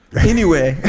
anyway